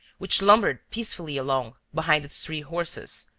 which lumbered peacefully along behind its three horses,